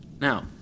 Now